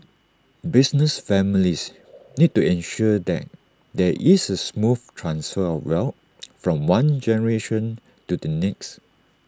business families need to ensure that there is A smooth transfer of wealth from one generation to the next